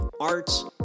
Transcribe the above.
arts